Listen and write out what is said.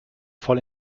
voll